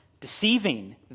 deceiving